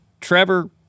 Trevor